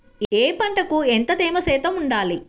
ఏ పంటకు ఎంత తేమ శాతం ఉండాలి?